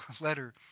letter